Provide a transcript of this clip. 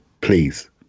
Please